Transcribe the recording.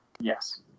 Yes